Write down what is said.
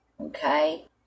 okay